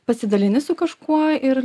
pasidalini su kažkuo ir